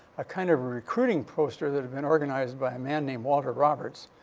a kind of recruiting poster that had been organized by a man named walter roberts,